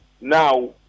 Now